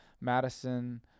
Madison